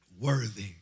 Worthy